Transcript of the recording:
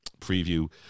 preview